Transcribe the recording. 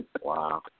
Wow